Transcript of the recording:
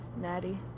natty